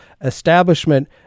establishment